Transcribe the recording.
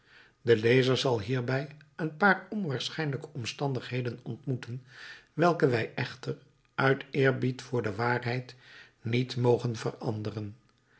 de lezer zal hierbij een paar onwaarschijnlijke omstandigheden ontmoeten welke wij echter uit eerbied voor de waarheid niet mogen veranderen